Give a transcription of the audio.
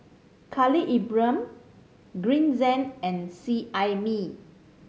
Khalil Ibrahim Green Zeng and Seet Ai Mee